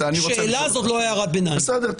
בסדר.